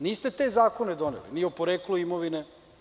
Niste te zakone doneli, ni o poreklu imovine.